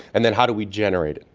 and then how do we generate it,